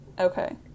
Okay